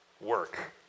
work